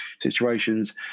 situations